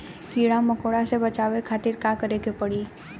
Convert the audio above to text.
कीड़ा मकोड़ा से बचावे खातिर का करे के पड़ी?